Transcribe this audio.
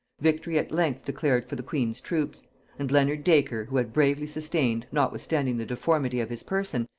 victory at length declared for the queen's troops and leonard dacre, who had bravely sustained, notwithstanding the deformity of his person,